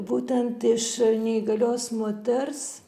būtent iš neįgalios moters